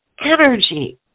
energy